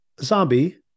zombie